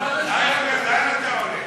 חבר הכנסת ישראל אייכלר,